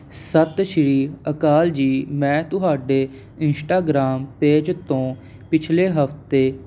ਸਤਿ ਸ਼੍ਰੀ ਅਕਾਲ ਜੀ ਮੈਂ ਤੁਹਾਡੇ ਇੰਸ਼ਟਾਗ੍ਰਾਮ ਪੇਜ ਤੋਂ ਪਿਛਲੇ ਹਫ਼ਤੇ